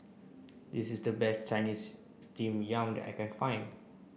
this is the best Chinese steamed yam I can find